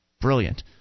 Brilliant